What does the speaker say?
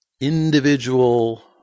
individual